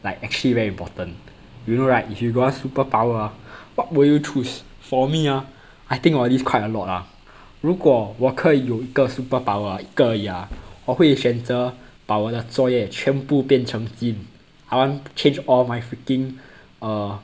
like actually very important you know right if you got one superpower ah what will you choose for me ah I think about this quite a lot ah 如果我可以有一个 superpower ah 一个而已 ah 我会选择把我的作业全部变成金 I want change all my freaking err